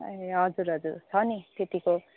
ए हजुर हजुर छ नि त्यतिको